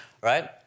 right